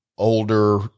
older